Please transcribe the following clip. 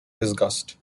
disgust